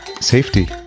safety